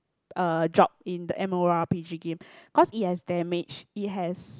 uh job in the m_o_r_g_p game cause it has damage it has